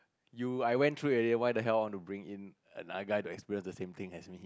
you I went through already what the hell I want to bring in another guy to experience the same thing as me